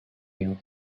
you